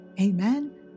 Amen